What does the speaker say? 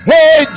Hey